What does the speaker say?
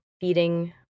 feeding